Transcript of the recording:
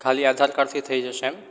ખાલી આધાર કાર્ડથી થઈ જશે એમ